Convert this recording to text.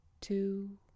two